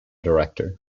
director